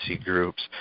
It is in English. groups